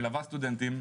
מלווה סטודנטים,